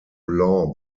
law